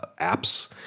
Apps